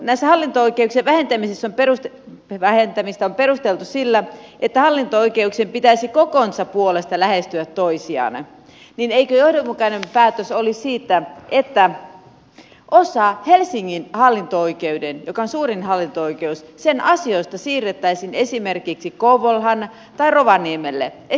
mutta sitten kun hallinto oikeuksien vähentämistä on perusteltu sillä että hallinto oikeuksien pitäisi kokonsa puolesta lähestyä toisiaan niin eikö johdonmukainen päätös olisi siitä että osa helsingin hallinto oikeuden joka on suurin hallinto oikeus asioista siirrettäisiin esimerkiksi kouvolaan tai rovaniemelle